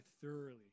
thoroughly